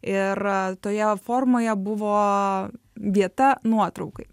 ir toje formoje buvo vieta nuotraukai